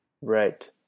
Right